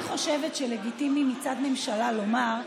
אני חושבת שלגיטימי מצד ממשלה לומר: